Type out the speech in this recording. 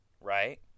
right